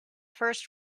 first